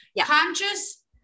conscious